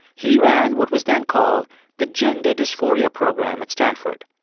he ran what was then called the gender dysphoria program at stanford.